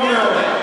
טוב מאוד.